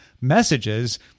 messages